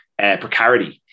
precarity